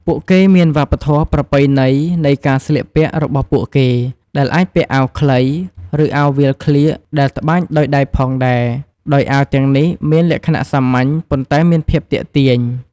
ពួកគេមានវប្បធម៌ប្រពៃណីនៃការស្លៀកពាក់របស់ពួកគេ ដែលអាចពាក់អាវខ្លី ឬអាវវាលក្លៀកដែលត្បាញដោយដៃផងដែរ ដោយអាវទាំងនេះមានលក្ខណៈសាមញ្ញ ប៉ុន្តែមានភាពទាក់ទាញ។